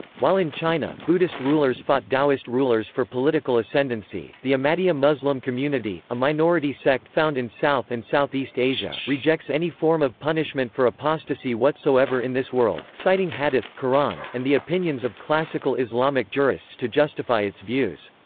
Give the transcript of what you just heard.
while in china, buddhist rulers fought taoist rulers for political ascendancy the ahmadiyya muslim community, a minority sect found in south and southeast asia, rejects any form of punishment for apostasy whatsoever in this world, citing hadith, quran, and the opinions of classical islamic jurists to justify its views.